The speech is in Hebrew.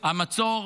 היה מצור,